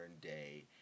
day